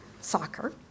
soccer